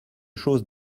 chose